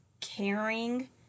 caring